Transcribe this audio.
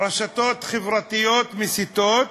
רשתות חברתיות מסיתות,